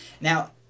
Now